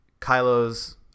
Kylo's